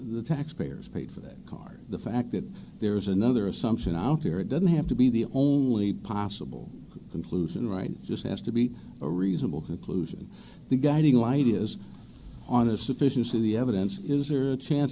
the taxpayers paid for that car the fact that there's another assumption out here it doesn't have to be the only possible conclusion right just has to be a reasonable conclusion the guiding light is on the sufficiency of the evidence is there a chance